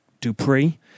Dupree